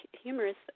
humorous